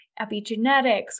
Epigenetics